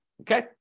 okay